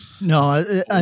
No